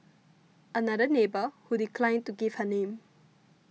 another neighbour who declined to give her name